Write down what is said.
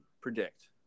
predict